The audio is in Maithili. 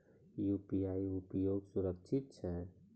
यु.पी.आई उपयोग सुरक्षित छै?